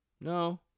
No